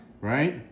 Right